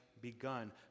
begun